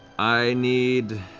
i need